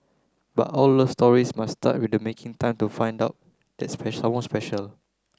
but all love stories must start with making time to find all that special someone special